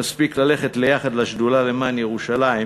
נספיק ללכת יחד לשדולה למען ירושלים.